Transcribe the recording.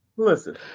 Listen